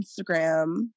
Instagram